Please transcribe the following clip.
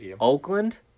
Oakland